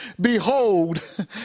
behold